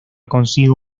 consigo